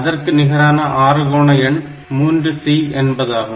அதற்கு நிகரான ஆறுகோணஎண் 3C என்பதாகும்